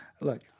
Look